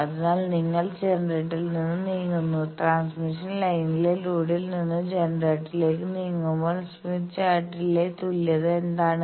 അതിനാൽ നിങ്ങൾ ജനറേറ്ററിൽ നിന്ന് നീങ്ങുന്നു ട്രാൻസ്മിഷൻ ലൈനിലെ ലോഡിൽ നിന്ന് ജനറേറ്ററിലേക്ക് നീങ്ങുമ്പോൾ സ്മിത്ത് ചാർട്ടിലെ തുല്യത എന്താണ്